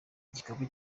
igikapu